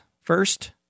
First